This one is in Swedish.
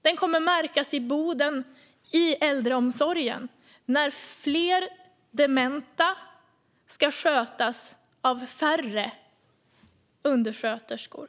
De kommer att märkas i Boden i äldreomsorgen när fler dementa ska skötas av färre undersköterskor.